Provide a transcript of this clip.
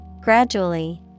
Gradually